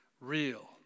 real